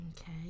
Okay